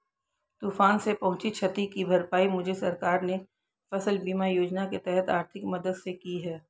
तूफान से पहुंची क्षति की भरपाई मुझे सरकार ने फसल बीमा योजना के तहत आर्थिक मदद से की है